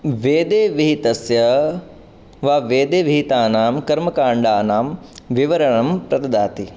वेदे विहितस्य वा वेदे विहितानां कर्मकाण्डानां विवरणं प्रददाति